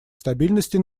стабильности